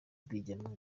rwigema